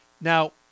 Now